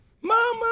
Mama